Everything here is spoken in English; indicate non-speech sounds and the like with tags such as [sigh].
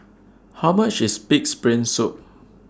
[noise] How much IS Pig'S Brain Soup